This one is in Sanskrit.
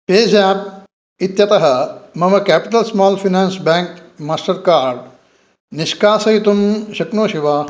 पेज़ाप् इत्यतः मम capital small finance bank Mastercard निष्कासयितुं शक्नोषि वा